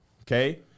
Okay